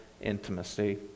intimacy